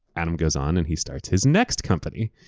adam goes on, and he starts his next company.